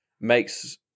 makes